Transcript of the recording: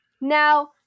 Now